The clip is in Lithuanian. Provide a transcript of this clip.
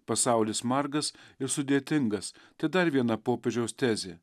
pasaulis margas ir sudėtingas tai dar viena popiežiaus tezė